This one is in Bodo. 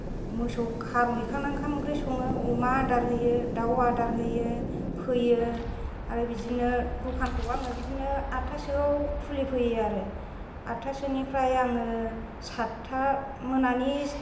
मोसौ खाहैखांना ओंखाम ओंख्रि सङो अमा आदार होयो दाउ आदार होयो फैयो आरो बिदिनो दखानखौ आङो बिदिनो आठथासोआव खुलिफैयो आरो आठथासोनिफ्राय आङो सातथा मोनानि